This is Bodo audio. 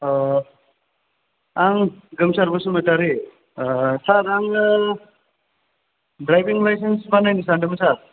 आं गोमसार बसुमतारि सार आङो द्राइबिं लाइसेन्स बानायनो सानदोंमोन सार